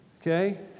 Okay